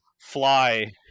fly